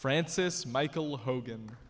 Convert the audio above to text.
frances michael hogan